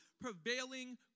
prevailing